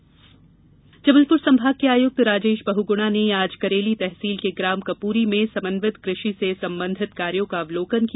commissioner दौरा जबलपुर संभाग के आयुक्त राजेश बहुगुणा ने आज करेली तहसील के ग्राम कपूरी में समन्वित कृषि से संबंधित कार्यों का अवलोकन किया